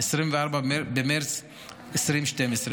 24 במרץ 2012,